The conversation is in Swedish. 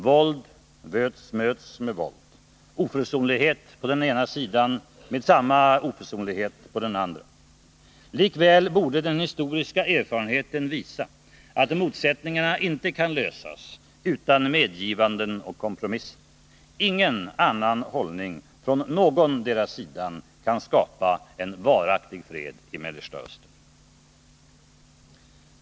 Våld möts med våld, oförsonlighet på den ena sidan med samma oförsonlighet på den andra. Likväl borde den historiska erfarenheten visa att motsättningarna inte kan lösas utan medgivanden och kompromisser. Ingen annan hållning från någondera sidan kan skapa en varaktig fred i Mellersta Östern.